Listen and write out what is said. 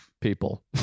People